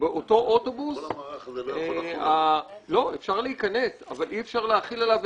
באותו אוטובוס אפשר להיכנס בדלת האחורית אבל אי אפשר להחיל על הנוסע